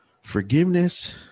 Forgiveness